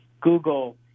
Google